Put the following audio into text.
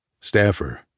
Staffer